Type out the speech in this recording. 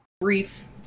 brief